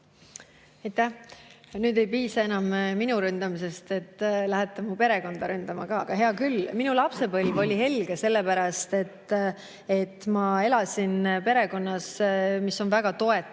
Nüüd ei piisa enam minu ründamisest, te lähete ka mu perekonda ründama. Aga hea küll. Minu lapsepõlv oli helge sellepärast, et ma elasin perekonnas, mis on väga toetav.